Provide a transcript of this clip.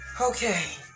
Okay